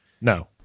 No